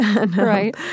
Right